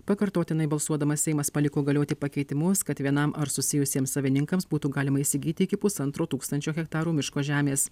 pakartotinai balsuodamas seimas paliko galioti pakeitimus kad vienam ar susijusiem savininkams būtų galima įsigyti iki pusantro tūkstančio hektarų miško žemės